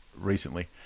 recently